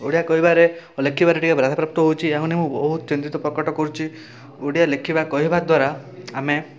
ଓଡ଼ିଆ କହିବାରେ ଓ ଲେଖିବାରେ ଟିକିଏ ବାଧା ପ୍ରାପ୍ତ ହେଉଛି ଏହାକୁ ନେଇ ମୁଁ ବହୁତ ଚିନ୍ତିତ ପ୍ରକଟ କରୁଛି ଓଡ଼ିଆ ଲେଖିବା ଓ କହିବାଦ୍ୱାରା ଆମେ